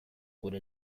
gure